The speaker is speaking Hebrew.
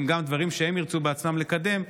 גם בדברים שהם ירצו בעצמם לקדם,